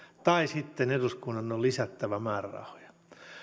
tai sitten eduskunnan on lisättävä määrärahoja